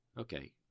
Okay